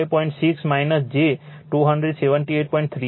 3 આવે છે